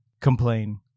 complain